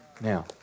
Now